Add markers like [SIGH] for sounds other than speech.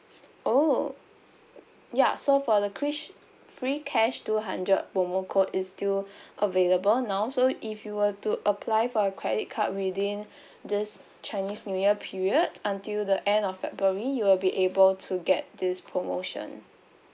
oh ya so for the free cash two hundred promo code is still [BREATH] available now so if you were to apply for a credit card within [BREATH] this chinese new year period until the end of february you'll be able to get this promotion